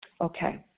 Okay